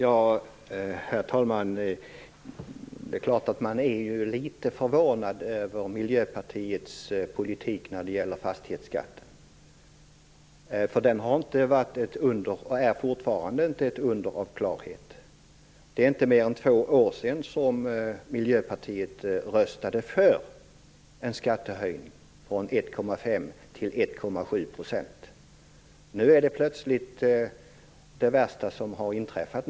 Herr talman! Det är klart att man är litet förvånad över Miljöpartiets politik när det gäller fastighetsskatten. Den har inte varit, och är inte heller nu, ett under av klarhet. Det är ju inte mer än två år sedan Miljöpartiet röstade för en skattehöjning från 1,5 % till 1,7 %. Nu är den höjningen plötsligt nästan det värsta som har inträffat.